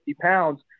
pounds